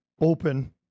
Open